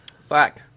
fuck